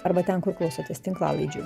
arba ten kur klausotės tinklalaidžių